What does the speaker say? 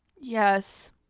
Yes